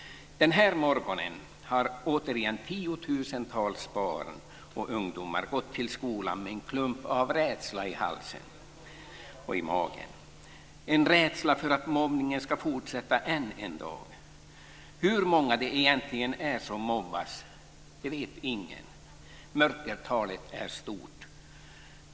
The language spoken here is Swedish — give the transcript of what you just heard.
Den här morgonen har återigen tiotusentals barn och ungdomar gått till skolan med en klump av rädsla i halsen och i magen, en rädsla för att mobbningen ska fortsätta än en dag. Hur många det egentligen är som mobbas vet ingen - mörkertalet är stort.